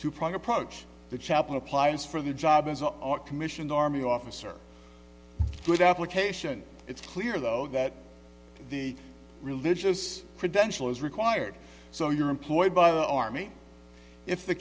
two prong approach the chaplain appliance for the job as a commissioned army officer with application it's clear though that the religious credential is required so you're employed by the army if the